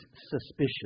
suspicion